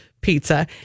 pizza